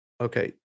Okay